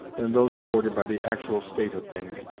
than those afforded by the actual state of things.